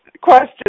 question